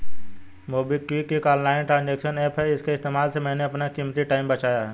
MobiKwik एक online transaction app है इसके इस्तेमाल से मैंने अपना कीमती टाइम बचाया है